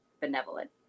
benevolent